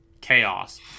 chaos